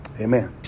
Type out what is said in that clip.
Amen